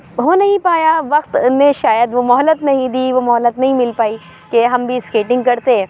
ہو نہیں پایا وقت نے شاید وہ مہلت نہیں دی وہ مہلت نہیں مل پائی کہ ہم بھی اسکیٹنگ کرتے